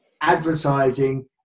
advertising